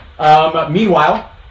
Meanwhile